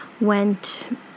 went